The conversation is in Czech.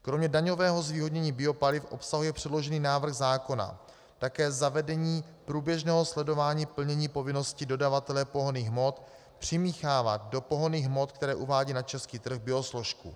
Kromě daňového zvýhodnění biopaliv obsahuje předložený návrh zákona také zavedení průběžného sledování plnění povinnosti dodavatele pohonných hmot přimíchávat do pohonných hmot, které uvádí na český trh, biosložku.